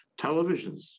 televisions